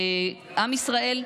ועם ישראל,